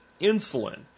insulin